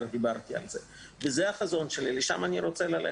זה החזון שלי ולשם אני רוצה ללכת.